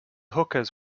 hookahs